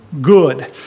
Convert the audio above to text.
good